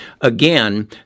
again